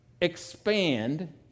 expand